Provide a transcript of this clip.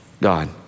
God